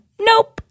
Nope